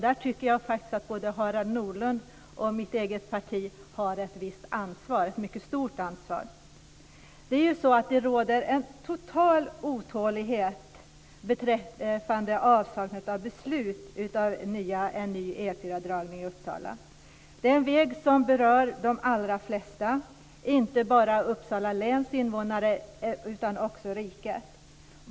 Där tycker jag faktiskt att både Harald Nordlunds och mitt eget parti har ett mycket stort ansvar. Det råder total otålighet beträffande avsaknaden av beslut om en ny E 4-dragning förbi Uppsala. Det är en väg som berör de allra flesta, inte bara Uppsala läns invånare utan också rikets.